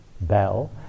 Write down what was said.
bell